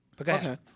Okay